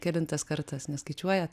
kelintas kartas neskaičiuojat